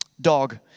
Dog